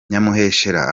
nyamuheshera